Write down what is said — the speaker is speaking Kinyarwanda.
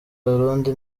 abarundi